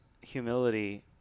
humility